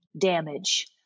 damage